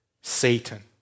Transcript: satan